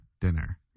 dinner